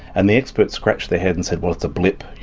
and the experts scratched their heads and said, well, it's a blip, you